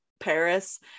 Paris